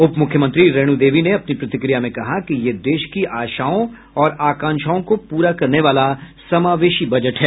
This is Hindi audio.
उप मुख्यमंत्री रेणु देवी ने अपनी प्रतिक्रिया में कहा कि यह देश की आशाओं और आकांक्षाओं को पूरा करने वाला समावेशी बजट है